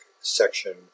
section